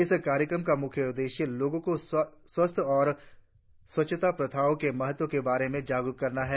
इस कार्यक्रम का मुख्य उद्देश्य लोगों को स्वास्थ्य और स्वच्छता प्रथाओं के महत्व के बारे में जागरुक करना है